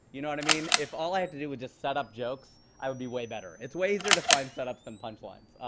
you know what i mean? if all i had to do was just set up jokes, i would be way better. it's way easier to find setups than punch lines.